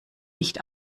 nicht